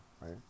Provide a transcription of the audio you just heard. right